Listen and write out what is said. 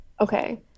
Okay